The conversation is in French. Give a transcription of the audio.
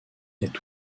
est